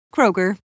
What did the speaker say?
Kroger